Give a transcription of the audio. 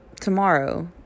tomorrow